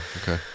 Okay